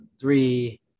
three